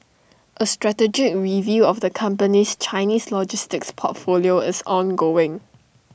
A strategic review of the company's Chinese logistics portfolio is ongoing